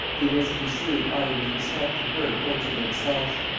be misconstrued either with respect to her or to themselves.